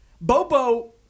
Bobo